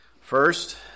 First